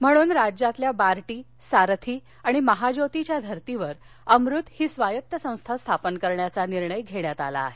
म्हणून राज्यातील बार्टी सारथी आणि महाज्योतीच्या धर्तीवर अमृत ही स्वायत्त संस्था स्थापन करण्याचा निर्णय घेण्यात आला आहे